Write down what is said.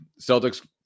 Celtics